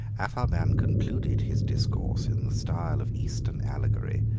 apharban concluded his discourse in the style of eastern allegory,